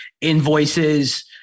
invoices